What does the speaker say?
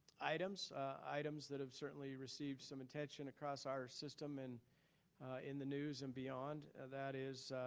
items, items that have certainly received some attention across our system and in the news and beyond, and that is